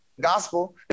gospel